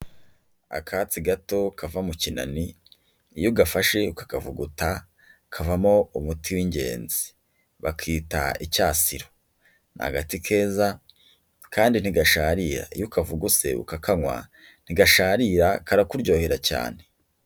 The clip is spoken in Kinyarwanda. Akatsi gato kava mu kinani, iyo ugafashe ukakavuguta kavamo umuti w'ingenzi, bakita icyasiro, ni agati keza kandi ntigasharira, iyo ukavuguse, ukakanywa ntigasharira karakuryohera cyane.